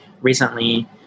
recently